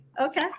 Okay